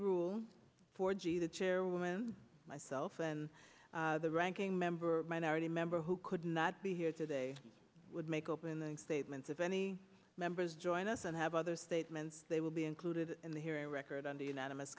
rules for g e the chairwoman myself and the ranking member minority member who could not be here today would make opening statements if any members join us and have other statements they will be included in the hearing record and a unanimous